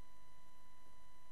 אבל מהול בטיפת תקווה.